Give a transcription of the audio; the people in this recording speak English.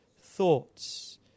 thoughts